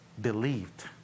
believed